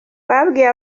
babwiye